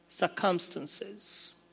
Circumstances